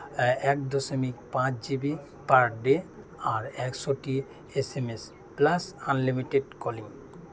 ᱮᱠ ᱫᱚᱥᱚᱢᱤᱠ ᱯᱟᱸᱪ ᱡᱤ ᱵᱤ ᱯᱟᱨ ᱰᱮ ᱟᱨ ᱮᱠᱥᱳ ᱴᱤ SMS plus unlimited calling